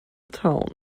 town